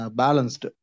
balanced